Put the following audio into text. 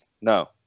No